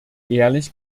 ehrlich